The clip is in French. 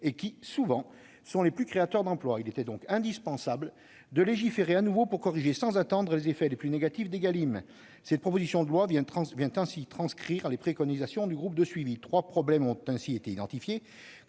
et qui, souvent, sont les plus créateurs d'emplois ». Il était donc indispensable de légiférer de nouveau pour corriger sans attendre les effets les plus négatifs de ce texte. Cette proposition de loi transcrit les préconisations du groupe de suivi. Trois problèmes doivent